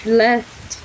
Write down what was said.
left